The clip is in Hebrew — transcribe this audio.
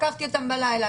לקחתי אותם בלילה,